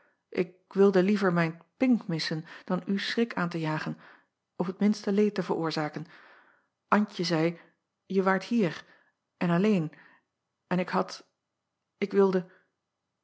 ik wilde liever mijn pink missen dan u schrik aan te jagen of t minste leed te veroorzaken ntje zeî je waart hier en alleen en ik had ik wilde